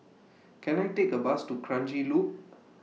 Can I Take A Bus to Kranji Loop